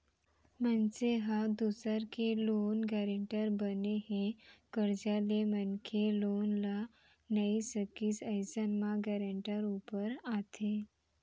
मनसे ह दूसर के लोन गारेंटर बने हे, करजा ले मनखे लोन ल नइ सकिस अइसन म गारेंटर ऊपर आथे